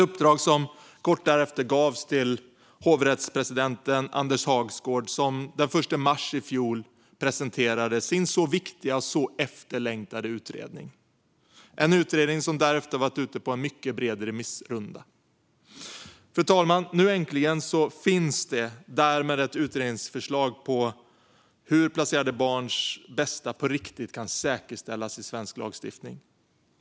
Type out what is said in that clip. Uppdraget gavs kort därefter till hovrättspresidenten Anders Hagsgård, som den 1 mars i fjol presenterade sin så viktiga och efterlängtade utredning - en utredning som därefter har varit ute på en mycket bred remissrunda. Fru talman! Därmed finns det nu äntligen ett utredningsförslag om hur placerade barns bästa på riktigt kan säkerställas i svensk lagstiftning.